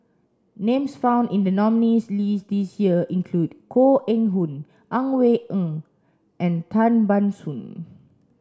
names found in the nominees' list this year include Koh Eng Hoon Ang Wei Neng and Tan Ban Soon